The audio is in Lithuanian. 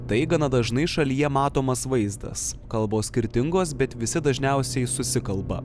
tai gana dažnai šalyje matomas vaizdas kalbos skirtingos bet visi dažniausiai susikalba